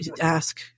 ask